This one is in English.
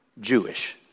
Jewish